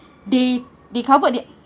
they they covered that